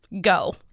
go